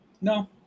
No